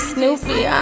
Snoopy